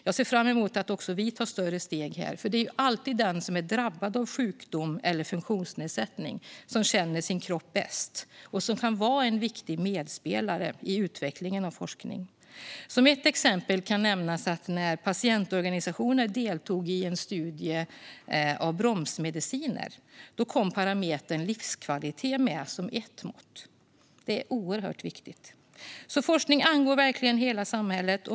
Jag ser fram emot att också vi tar större steg här, för det är alltid den som är drabbad av sjukdom eller funktionsnedsättning som känner sin kropp bäst och som kan vara en viktig medspelare i utvecklingen av forskning. Som ett exempel kan nämnas att när patientorganisationer deltog i en studie av bromsmediciner kom parametern livskvalitet med som ett mått. Detta är oerhört viktigt. Forskning angår verkligen hela samhället.